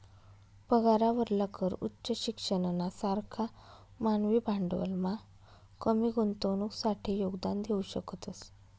पगारावरला कर उच्च शिक्षणना सारखा मानवी भांडवलमा कमी गुंतवणुकसाठे योगदान देऊ शकतस